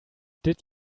did